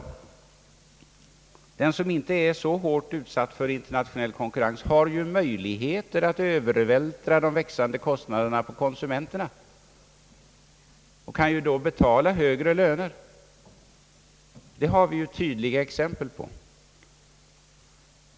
Den företagare som inte är så hårt utsatt för internationell konkurrens har ju möjlighet att övervältra de växande kostnaderna på konsumenterna och kan följaktligen då betala högre löner. Detta har vi tydliga exempel på.